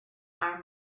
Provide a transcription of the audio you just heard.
are